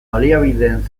baliabideen